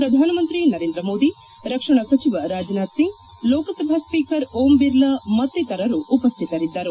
ಪ್ರಧಾನ ಮಂತ್ರಿ ನರೇಂದ್ರ ಮೋದಿ ರಕ್ಷಣಾ ಸಚಿವ ರಾಜನಾಥ್ ಸಿಂಗ್ ಲೋಕಸಭಾ ಸ್ವೀಕರ್ ಓಂ ಬಿರ್ಲಾ ಮತ್ತಿತರರು ಉಪಸ್ಥಿತರಿದ್ದರು